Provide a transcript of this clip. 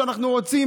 שאנחנו רוצים,